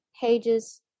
pages